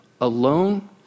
alone